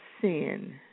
sin